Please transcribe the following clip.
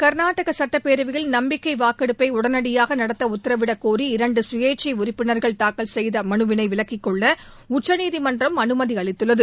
கர்நாடகா சட்டப்பேரவையில் நம்பிக்கை வாக்கெடுப்பை உடனடியாக நடத்த உத்தரவிடக்கோரி இரண்டு சுயேச்சை உறுப்பினர்கள் தாக்கல் செய்த மனுவிளை விலக்கிக்கொள்ள உச்சநீதிமன்றம் அனுமதி அளித்துள்ளது